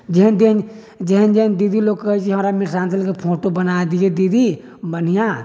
जेहन जेहन न दीदी लोग कहैत छै हमरा मिथिलाञ्चलके फोटो बना दिअ दीदी बढ़िआँ